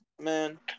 man